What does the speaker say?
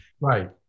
Right